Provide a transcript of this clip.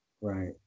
Right